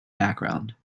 background